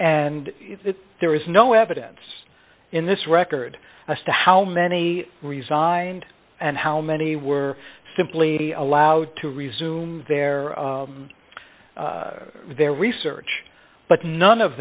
and there is no evidence in this record as to how many resigned and how many were simply allowed to resume their their research but none of